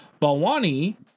Balwani